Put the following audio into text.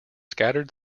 scattered